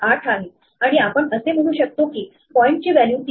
8 आहे आणि आपण असे म्हणू शकतो की पॉईंटची व्हॅल्यू 3